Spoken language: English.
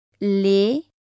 les